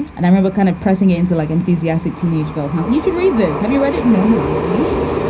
and i'm ever kind of pressing it into, like, enthusiastic teenage girls. um and you should read this. have you read it? no. no. but you should.